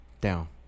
Down